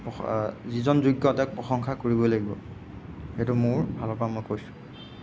যিজন যোগ্য তেওঁক প্ৰশংসা কৰিবই লাগিব সেইটো মোৰফালৰপৰা মই কৈছোঁ